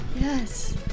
Yes